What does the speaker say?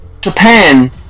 Japan